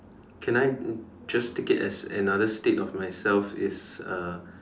can I just take it as another state of myself is uh